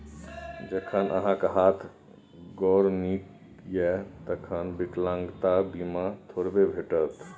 जखन अहाँक हाथ गोर नीक यै तखन विकलांगता बीमा थोड़बे भेटत?